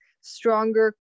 stronger